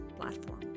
platform